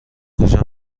کجا